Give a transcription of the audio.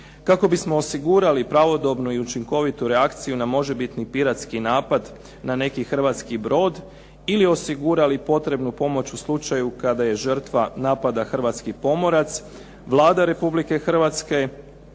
Kako bismo osigurali pravodobnu i učinkovitu reakciju na možebitni piratski napad na neki hrvatski brod ili osigurali potrebnu pomoć u slučaju kada je žrtva napada hrvatski pomorac Vlada Republike Hrvatske